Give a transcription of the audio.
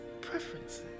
preferences